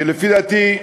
כי לפי דעתי,